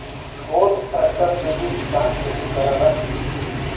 छोट ट्रेक्टर से भी किसान खेती करलन